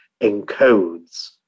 encodes